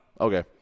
Okay